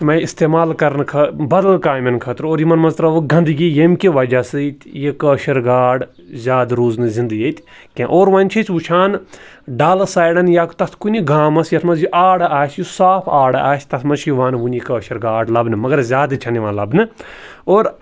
یِم آے استعمال کَرنہٕ خٲ بدل کامٮ۪ن خٲطرٕ اور یِمَن منٛز ترٛووُکھ گَنٛدگی ییٚمہِ کہِ وجہ سۭتۍ یہِ کٲشِر گاڈ زیادٕ روٗز نہٕ زندٕ ییٚتہِ کینٛہہ اور وۄنۍ چھِ أسۍ وُچھان ڈَلہٕ سایڈَن یا تَتھ کُنہِ گامَس یَتھ منٛز یہِ آرٕ آسہِ یُس صاف آرٕ آسہِ تَتھ منٛز چھِ یِوان وُنہِ یہِ کٲشِر گاڈ لَبنہٕ مگر زیادٕ چھَنہٕ یِوان لَبنہٕ اور